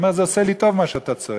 הוא אומר: זה עושה לי טוב, מה שאתה צועק.